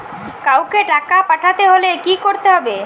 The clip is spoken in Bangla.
কাওকে টাকা পাঠাতে হলে কি করতে হবে?